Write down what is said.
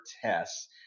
tests